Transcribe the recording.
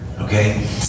Okay